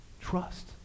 Trust